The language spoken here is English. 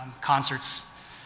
concerts